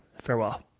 Farewell